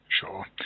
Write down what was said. Sure